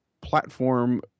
platform